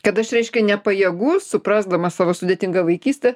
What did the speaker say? kad aš reiškiu nepajėgus suprasdamas savo sudėtingą vaikystę